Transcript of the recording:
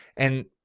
and.